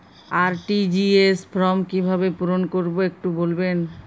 RTGS form কিভাবে পূরণ করবো একটু বলবেন?